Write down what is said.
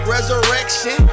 Resurrection